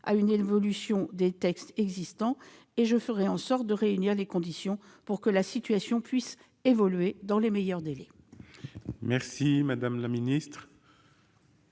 à une évolution des textes existants, et je ferai en sorte de réunir les conditions pour que la situation puisse évoluer dans les meilleurs délais. La parole est